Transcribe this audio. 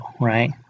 right